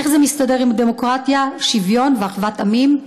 איך זה מסתדר עם דמוקרטיה, שוויון ואחוות עמים?